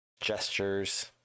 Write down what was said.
gestures